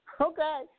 Okay